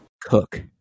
Cook